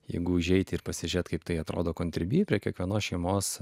jeigu užeiti ir pasižiūrėt kaip tai atrodo contribee prie kiekvienos šeimos